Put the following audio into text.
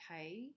okay